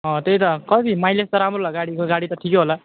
अँ त्यही त कति माइलेज त राम्रो होला गाडीको गाडी त ठिकै होला